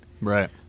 Right